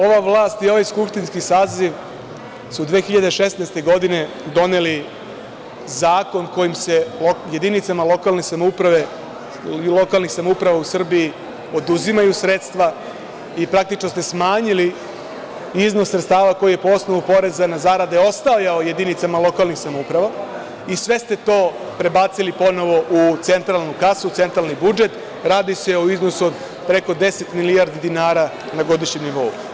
Ova vlast i ovaj skupštinski saziv su 2016. godine doneli zakon kojim se jedinicama lokalnih samouprava u Srbiji oduzimaju sredstva i praktično ste smanjili iznos sredstava koji po osnovu poreza na zarade je ostajao jedinicama lokalne samouprave i sve ste to prebacili ponovo u centralnu kasu u centralni budžet, radi se o iznosu od preko 10 milijardi dinara na godišnjem nivou.